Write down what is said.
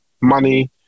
money